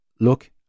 look